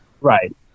Right